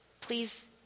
Please